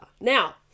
Now